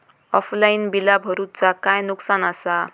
Offline बिला भरूचा काय नुकसान आसा?